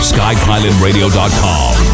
Skypilotradio.com